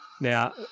Now